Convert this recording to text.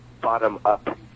bottom-up